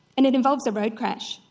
and it involves a road crash,